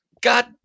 god